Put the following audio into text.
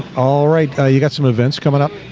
all right. you got some events coming up.